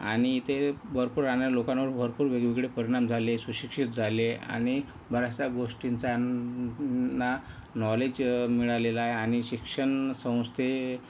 आणि इथे भरपूर राहणाऱ्या लोकांवर भरपूर वेगवेगळे परिणाम झाले सुशिक्षित झाले आणि बराचशा गोष्टींचा त्यांना नॉलेज मिळालेलं आहे आणि शिक्षण संस्थे